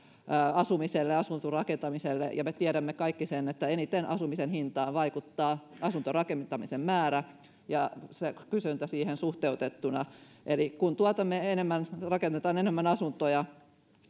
asumiselle asuntorakentamiselle ja me tiedämme kaikki sen että eniten asumisen hintaan vaikuttaa asuntorakentamisen määrä ja kysyntä siihen suhteutettuna eli kun tuotamme enemmän ja rakennetaan enemmän asuntoja